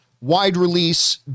wide-release